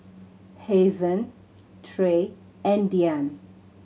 Hazen Trey and Diann